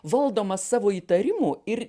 valdomas savo įtarimų ir